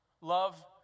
Love